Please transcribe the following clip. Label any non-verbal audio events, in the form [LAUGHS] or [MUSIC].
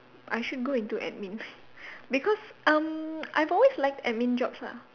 I should go into admin [LAUGHS] because um I've always liked admin jobs lah